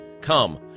Come